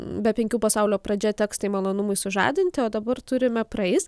be penkių pasaulio pradžia tekstai malonumui sužadinti o dabar turime praeis